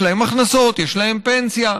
יש להם הכנסות, יש להם פנסיה,